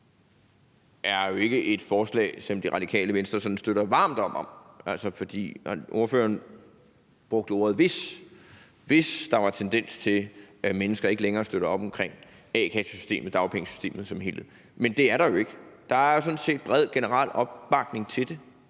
at det jo ikke er et forslag, som Det Radikale Venstre sådan støtter varmt op om. For ordføreren brugte ordet hvis, og sagde: »hvis« der var tendens til, at folk ikke længere støttede op omkring a-kassesystemet, dagpengesystemet som helhed. Men det er der jo ikke. Der er sådan set bred, generel opbakning til det,